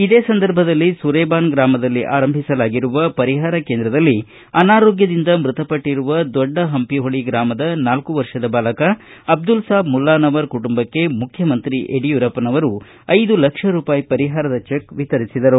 ಇದೇ ಸಂದರ್ಭದಲ್ಲಿ ಸುರೇಬಾನ ಗ್ರಾಮದಲ್ಲಿ ಆರಂಭಿಸಲಾಗಿರುವ ಪರಿಹಾರ ಕೇಂದ್ರದಲ್ಲಿ ಅನಾರೋಗ್ಯದಿಂದ ಮೃತಪಟ್ಟರುವ ದೊಡ್ಡ ಪಂಪಿಹೊಳಿ ಗ್ರಾಮದ ನಾಲ್ಕ ವರ್ಷದ ಬಾಲಕ ಅಬ್ದುಲ್ಸಾಬ್ ಮುಲ್ಲಾನವರ ಕುಟುಂಬಕ್ಕೆ ಮುಖ್ಯಮಂತ್ರಿ ಯಡಿಯೂರಪ್ಪನವರು ಐದು ಲಕ್ಷ ರೂಪಾಯಿ ಪರಿಹಾರದ ಚೆಕ್ ವಿತರಿಸಿದರು